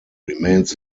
remains